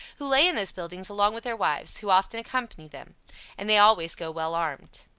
who lay in those buildings along with their wives, who often accompany them and they always go well armed.